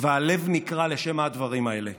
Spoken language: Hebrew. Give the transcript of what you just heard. והלב נקרע לשמע הדברים האלה.